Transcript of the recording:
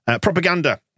Propaganda